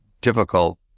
difficult